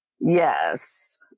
yes